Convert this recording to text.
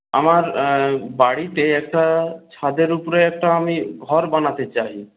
আমার বাড়িতে একটা ছাদের উপরে একটা আমি ঘর বানাতে চাই